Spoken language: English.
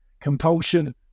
compulsion